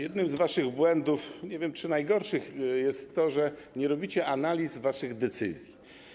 Jednym z waszych błędów - nie wiem, czy najgorszych - jest to, że nie robicie analiz waszych decyzji.